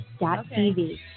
tv